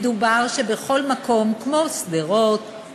מדובר שבכל מקום כמו שדרות,